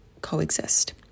coexist